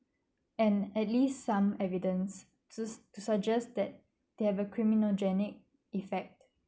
and at least some evidence su~ to suggest that they have a criminogenic effect